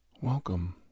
Welcome